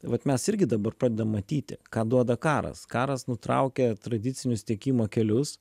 vat mes irgi dabar padedam matyti ką duoda karas karas nutraukia tradicinius tiekimo kelius